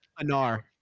Anar